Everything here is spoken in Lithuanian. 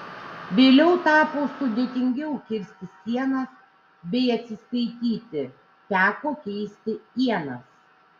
vėliau tapo sudėtingiau kirsti sienas bei atsiskaityti teko keisti ienas